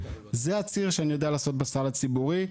זה הציר שאני יודע לעשות בסל הציבורי,